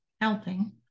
helping